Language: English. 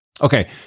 Okay